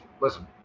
listen